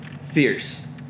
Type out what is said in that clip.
fierce